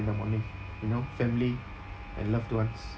in the morning you know family and loved ones